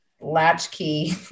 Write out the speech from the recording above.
latchkey